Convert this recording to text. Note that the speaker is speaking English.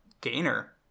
gainer